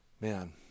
man